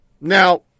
Now